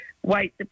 white